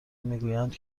میگویند